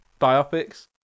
biopics